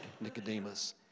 Nicodemus